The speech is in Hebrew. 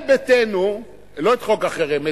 לא את חוק החרם,